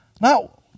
Now